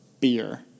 beer